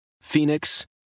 Phoenix